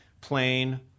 plain